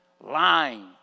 lying